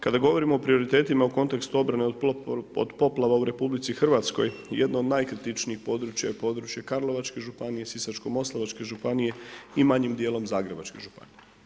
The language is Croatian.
Kada govorimo o prioritetima u kontekstu obrane od poplava u RH jedno od najkritičnijih područja je područje Karlovačke županije, Sisačko-moslavačke županije i manjim dijelom Zagrebačke županije.